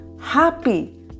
happy